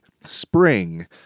Spring